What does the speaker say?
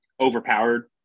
overpowered